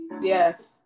Yes